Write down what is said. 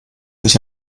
sich